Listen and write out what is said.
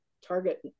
target